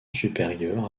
supérieur